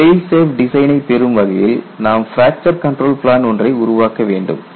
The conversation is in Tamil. ஃபெயில் சேஃப் டிசைனை பெரும் வகையில் நாம் பிராக்சர் கண்ட்ரோல் பிளான் ஒன்றை உருவாக்க வேண்டும்